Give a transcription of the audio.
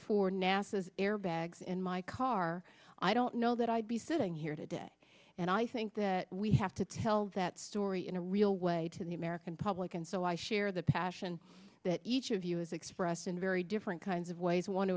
for nasa's airbags in my car i don't know that i'd be sitting here today and i think that we have to tell that story in a real way to the american public and so i share the passion that each of you as expressed in very different kinds of ways w